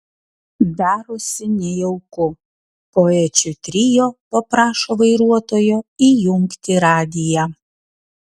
darosi nejauku poečių trio paprašo vairuotojo įjungti radiją